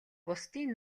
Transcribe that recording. бусдын